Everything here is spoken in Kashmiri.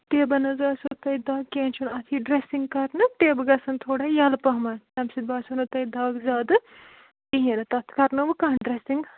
ٹیبن حظ آسٮ۪و تۅہہِ دَگ کیٚنٛہہ چھُنہٕ اَتھ یِیہِ ڈرٛیسِنٛگ کَرنہٕ ٹیبہٕ گژھن تھوڑا یَلہٕ پَہم تَمہِ سۭتۍ باسٮ۪و نہٕ تۅہہِ دَگ زیادٕ کِہیٖنۍ نہٕ تَتھ کَرنٲوٕ کانٛہہ ڈرٛیسِنٛگ